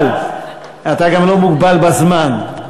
אבל אתה גם לא מוגבל בזמן.